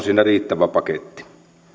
siinä riittävä paketti